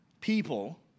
people